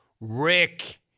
Rick